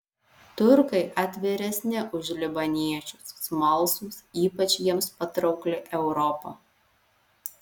turkai atviresni už libaniečius smalsūs ypač jiems patraukli europa